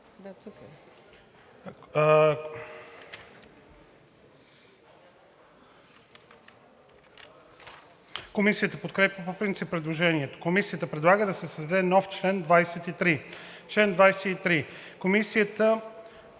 Комисията подкрепя по принцип предложението. Комисията предлага да се създаде нов чл. 23: „Чл. 23. Комисията